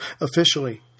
Officially